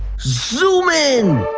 zoom in!